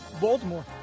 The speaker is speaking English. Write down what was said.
Baltimore